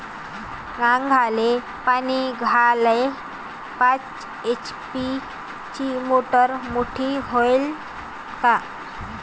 कांद्याले पानी द्याले पाच एच.पी ची मोटार मोटी व्हईन का?